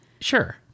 Sure